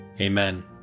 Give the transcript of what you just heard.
Amen